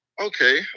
okay